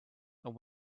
and